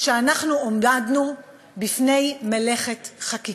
שאנחנו עמדנו בפני מלאכת חקיקה.